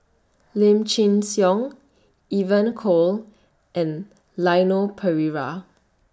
Lim Chin Siong Evon Kow and Leon Perera